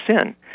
sin